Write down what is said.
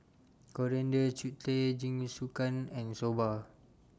Coriander Chutney Jingisukan and Soba